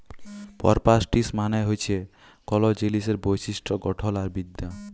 properties মালে হছে কল জিলিসের বৈশিষ্ট গঠল আর বিদ্যা